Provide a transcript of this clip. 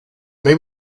may